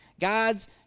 God's